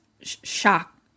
shock